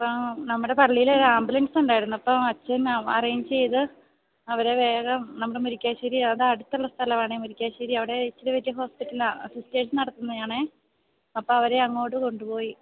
ആ നമ്മുടെ പള്ളിയിൽ ആംബുലൻസ് ഉണ്ടായിരുന്നു അപ്പോള് അച്ചൻ അറേഞ്ച് ചെയ്ത് അവരെ വേഗം നമ്മുടെ മുരിക്കാശ്ശേരി അത് അടുത്തുള്ള സ്ഥലമാണേ മുരിക്കാശ്ശേരി അവിടെ ഇച്ചിരി വലിയ ഹോസ്പിറ്റലാണ് സിസ്റ്റേഴ്സ് നടത്തുന്നതാണേ അപ്പോള് അവരെ അങ്ങോട്ടു കൊണ്ടുപോയി